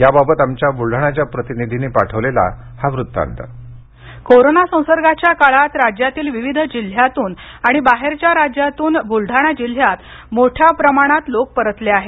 त्याबाबत आमच्या बुलडाण्याच्या प्रतिनिधींनी पाठवलेला हा वृत्तांत कोरोना संसर्गाच्या काळात राज्यातील विविध जिल्ह्यातून आणि बाहेरच्या राज्यातून बूलडाणा जिल्ह्यात मोठ्या प्रमाणात लोक परतले आहेत